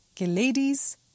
ladies